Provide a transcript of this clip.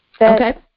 Okay